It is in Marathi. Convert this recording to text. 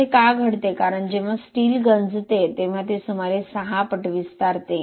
असे का घडते कारण जेव्हा स्टील गंजते तेव्हा ते सुमारे 6 पट विस्तारते